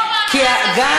לא, לא, אבל יש פה, כי גם,